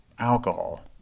alcohol